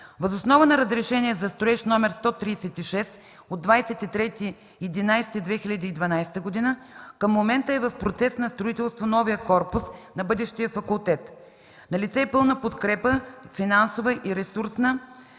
Въз основа на Разрешение за строеж № 136 от 23 ноември 2012 г. към момента е в процес на строителство новият корпус на бъдещия факултет. Налице е пълна подкрепа – финансова и ресурсна,